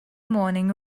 morning